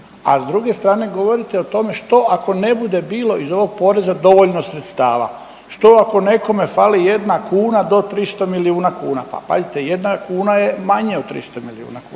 a s druge strane govorite o tome što ako ne bude bilo iz ovog poreza dovoljno sredstava, što ako nekome fali jedna kuna do 300 milijuna kuna. Pa pazite, jedna kuna je manje od 300 milijuna kuna.